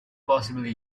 possibly